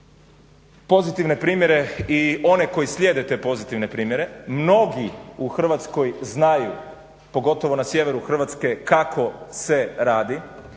pozitivne primjere i one koji slijede te pozitivne primjere. Mnogi u Hrvatskoj znaju, pogotovo na sjeveru Hrvatske, kako se radi.